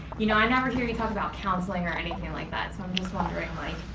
you know i never hear you talk about counseling or anything like that so i'm just wondering like,